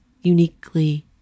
uniquely